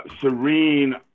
serene